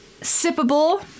sippable